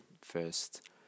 first